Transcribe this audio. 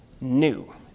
New